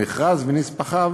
המכרז ונספחיו